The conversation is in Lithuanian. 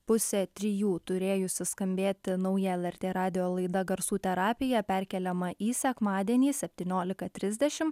pusę trijų turėjusi skambėti nauja lrt radijo laida garsų terapija perkeliama į sekmadienį septyniolika trisdešim